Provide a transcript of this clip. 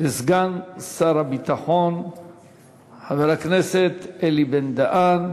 לסגן שר הביטחון חבר הכנסת אלי בן-דהן.